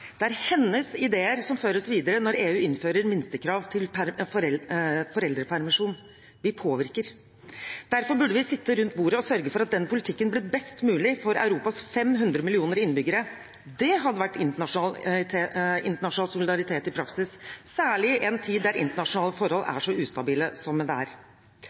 der Norge er fullt ut integrert med EU-landene Sverige, Finland og Danmark, til likestillingspolitikk. Tidligere barne- og familieminister Grete Berget var en sann europeer. Det er hennes ideer som føres videre når EU innfører minstekrav til foreldrepermisjon. Vi påvirker. Derfor burde vi sittet rundt bordet og sørget for at politikken blir best mulig for Europas 500 millioner innbyggere. Det hadde vært internasjonal solidaritet i praksis